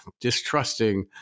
distrusting